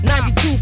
92